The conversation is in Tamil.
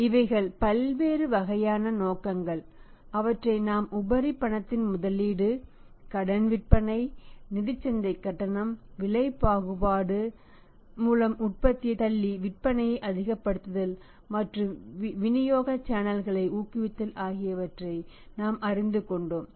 எனவே இவைகள் பல்வேறு வகையான நோக்கங்கள் அவற்றை நாம் உபரி பணத்தின் முதலீடு கடன் விற்பனை நிதிச் சந்தை கட்டணம் விலை பாகுபாடு மூலம் உற்பத்தியைத் தள்ளி விற்பனையை அதிகப்படுத்துதல் மற்றும் விநியோக சேனல்களை ஊக்குவித்தல் ஆகியவற்றை நாம் அறிந்து கொண்டோம்